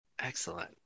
Excellent